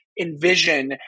envision